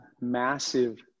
massive